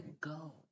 go